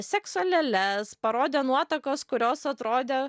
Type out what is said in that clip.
sekso lėles parodė nuotakos kurios atrodė